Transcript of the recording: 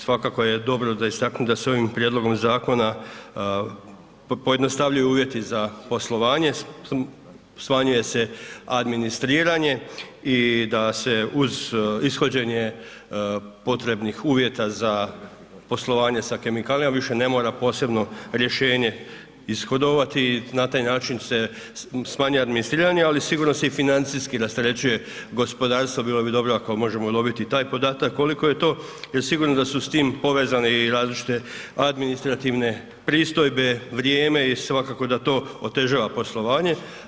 Svakako je dobro da istaknem da se ovim prijedlogom zakona pojednostavljuju uvjeti za poslovanje, smanjuje se administriranje i da se uz ishođenje potrebnih uvjeta za poslovanje sa kemikalijama više ne mora posebno rješenje ishodovati i na taj način se smanjuje administriranje, ali sigurno se i financijski rasterećuje gospodarstvo, bilo bi dobro ako možemo dobiti i taj podatak, koliko je to sigurno da su s tim povezani i različite administrativne pristojbe, vrijeme i svakako da to otežava poslovanje.